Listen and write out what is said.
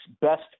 best